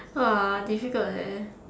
!wah! difficult leh